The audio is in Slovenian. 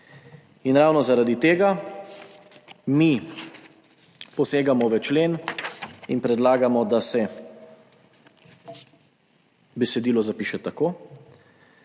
In ravno zaradi tega mi posegamo v člen in predlagamo, da se besedilo zapiše tako: